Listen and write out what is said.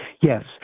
yes